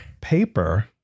paper